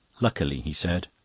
luckily, he said,